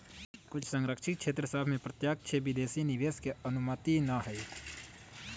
कुछ सँरक्षित क्षेत्र सभ में प्रत्यक्ष विदेशी निवेश के अनुमति न हइ